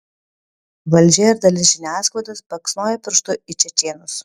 valdžia ir dalis žiniasklaidos baksnoja pirštu į čečėnus